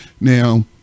now